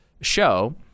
show